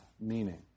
meaning